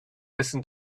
listen